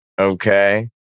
Okay